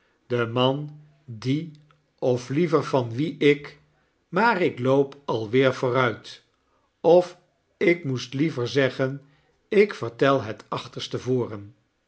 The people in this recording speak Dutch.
de man die of liever van wien ik maar ik loop alweer vooruit of ik moest liever zeggen ik vertel het achterste voren